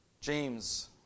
James